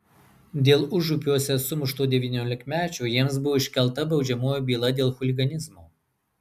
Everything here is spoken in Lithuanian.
dėl užupiuose sumušto devyniolikmečio jiems bus iškelta baudžiamoji byla dėl chuliganizmo